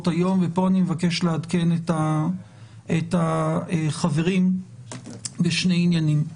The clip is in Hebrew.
היום ופה אני מבקש לעדכן את החברים בשני עניינים.